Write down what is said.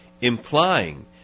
implying